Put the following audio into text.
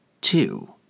Two